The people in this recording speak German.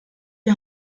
die